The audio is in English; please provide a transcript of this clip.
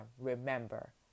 remember